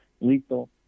lethal